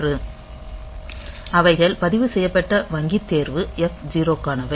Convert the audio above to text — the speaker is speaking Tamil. அவைகள் பதிவுசெய்யப்பட்ட வங்கி தேர்வு F0 க்கானவை